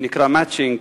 שנקראת "מצ'ינג",